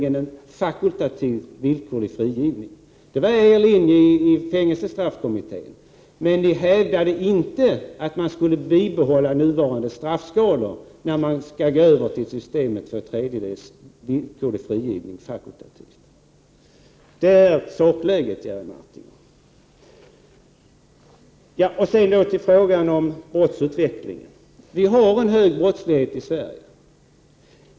En fakultativ villkorlig frigivning var er linje i fängelsestraffkommittén, men ni hävdade inte att man skulle bibehålla nuvarande straffskalor när man går över till systemet två tredjedelars villkorlig frigivning fakultativt. Det är sakläget, Jerry Martinger. Sedan till frågan om brottsutvecklingen. Vi har en hög brottslighet i Sverige.